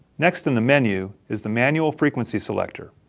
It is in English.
next in the menu is the manual frequency selector.